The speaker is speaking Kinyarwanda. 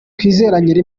twizerane